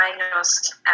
diagnosed